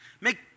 Make